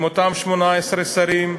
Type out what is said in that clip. עם אותם 18 שרים,